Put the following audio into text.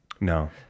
no